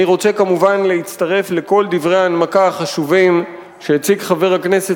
אני רוצה כמובן להצטרף לכל דברי ההנמקה החשובים שהציג חבר הכנסת